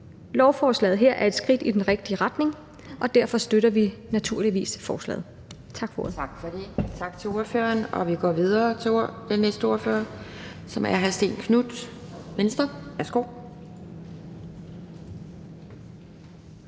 Lovforslaget her er et skridt i den rigtige retning, og derfor støtter vi naturligvis forslaget. Tak for ordet. Kl. 12:05 Anden næstformand (Pia Kjærsgaard): Tak til ordføreren, og vi går videre til den næste ordfører, som er hr. Stén Knuth, Venstre. Værsgo.